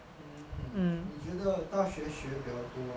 mm 我觉得大学学比较多